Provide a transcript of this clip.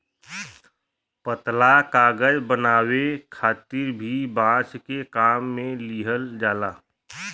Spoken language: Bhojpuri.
पतला कागज बनावे खातिर भी बांस के काम में लिहल जाला